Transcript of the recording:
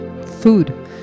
food